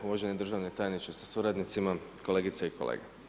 Uvaženi državni tajniče sa suradnicima, kolegice i kolege.